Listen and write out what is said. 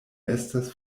estas